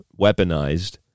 weaponized